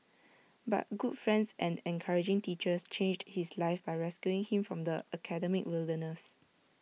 but good friends and encouraging teachers changed his life by rescuing him from the academic wilderness